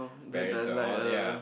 parents and all ya